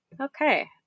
okay